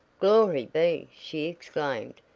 glory be! she exclaimed,